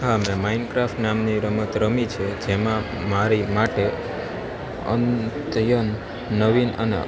હા મેં Minecraft નામની રમત રમી છે જેમાં મારી માટે અંતયન નવીન અને